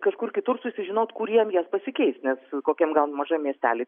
kažkur kitur susižinot kur jiem jas pasikeist nes kokiam gal mažam miestely